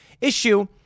issue